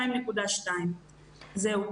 2.2. זהו,